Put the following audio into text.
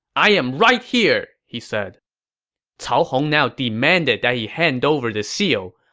i'm right here! he said cao hong now demanded that he hand over the seal,